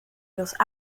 los